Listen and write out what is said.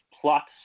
plot